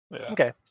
Okay